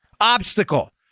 obstacle